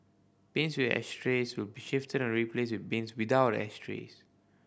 bins with ashtrays will be shifted or replaced with bins without ashtrays